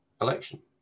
election